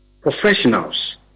professionals